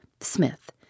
Smith